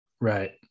Right